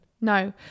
No